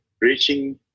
reaching